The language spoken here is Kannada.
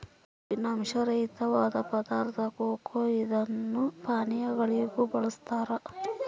ಕಬ್ಬಿನಾಂಶ ರಹಿತವಾದ ಪದಾರ್ಥ ಕೊಕೊ ಇದನ್ನು ಪಾನೀಯಗಳಿಗೂ ಬಳಸ್ತಾರ